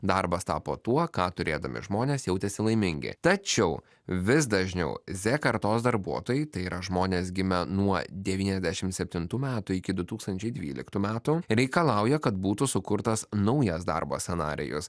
darbas tapo tuo ką turėdami žmonės jautėsi laimingi tačiau vis dažniau z kartos darbuotojai tai yra žmonės gimę nuo devyniasdešimt septintų metų iki du tūkstančiai dvyliktų metų reikalauja kad būtų sukurtas naujas darbo scenarijus